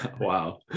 wow